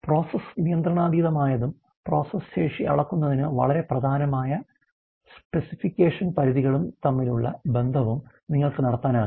process നിയന്ത്രണാതീതമായതും process ശേഷി അളക്കുന്നതിന് വളരെ പ്രധാനമായ സ്പെസിഫിക്കേഷൻ പരിധികളും തമ്മിലുള്ള ബന്ധവും നിങ്ങൾക്ക് നടത്താനാകും